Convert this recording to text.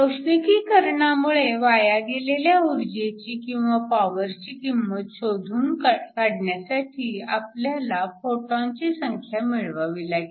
औष्णिकीकरणामुळे वाया गेलेल्या ऊर्जेची किंवा पॉवरची किंमत शोधून काढण्यासाठी आपल्याला फोटॉनची संख्या मिळवावी लागेल